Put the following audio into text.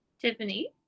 Tiffany